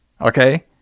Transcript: Okay